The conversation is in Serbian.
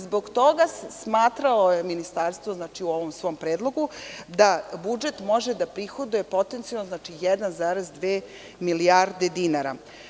Zbog toga je smatralo Ministarstvo u ovom svom predlogu da budžet može da prihoduje potencijalno 1,2 milijarde dinara.